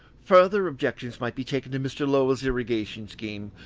further objections might be taken to mr. lowell's irrigation scheme,